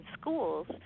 schools